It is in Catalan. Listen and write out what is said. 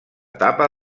etapa